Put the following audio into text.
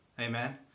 amen